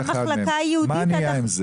במחלקה הייעודית.